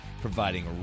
providing